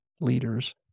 leaders